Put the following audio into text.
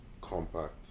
compact